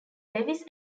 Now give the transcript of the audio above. lewis